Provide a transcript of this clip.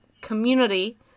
community